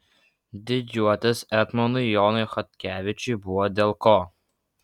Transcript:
didžiuotis etmonui jonui chodkevičiui buvo dėl ko